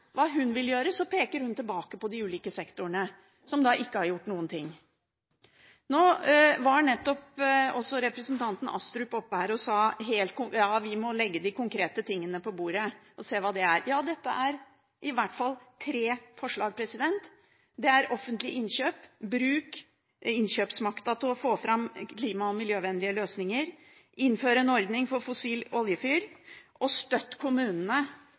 hva hun vil gjøre, peker hun tilbake på de ulike sektorene, som ikke har gjort noen ting. Nå var nettopp representanten Astrup oppe her og sa at vi må legge de konkrete tingene på bordet og se hva det er. Ja, dette er i hvert fall tre forslag. Det er offentlige innkjøp – å bruke innkjøpsmakta til å få fram klima- og miljøvennlige løsninger – det er å innføre en ordning for å fase ut fossil oljefyring, og det er å støtte kommunene